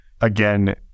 Again